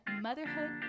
motherhood